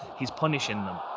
he's punishing them.